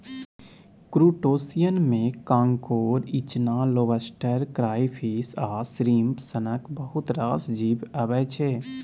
क्रुटोशियनमे कांकोर, इचना, lobster, crayfish आ श्रिंप सनक बहुत रास जीब अबै छै